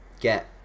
get